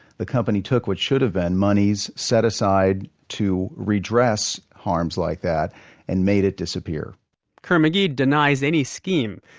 the company took what should have been monies set aside to redress harms like that and made it disappear kerr-mcgee denies any scheme.